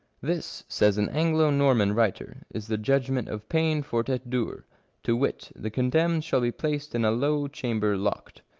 this, says an anglo-norman writer, is the judg ment of pain fort et dure to wit, the condemned shall be placed in a low chamber locked.